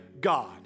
God